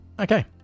Okay